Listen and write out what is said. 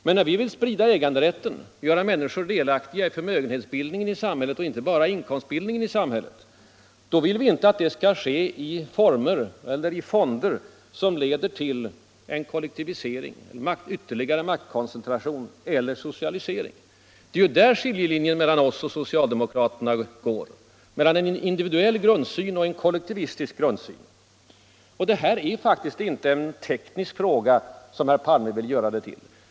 Men när vi vill sprida ägandet och göra människor delaktiga i förmögenhetsbildningen och inte bara i inkomstbildningen i samhället, vill vi inte att det skall ske i fonder som leder till en kollektivisering, en ytterligare maktkoncentration eller socialisering. Det är där skiljelinjen går mellan oss och socialdemokraterna — mellan en individuell grundsyn och en kollektivistisk grundsyn. Detta är faktiskt inte en teknisk fråga, som herr Palme vill göra det till.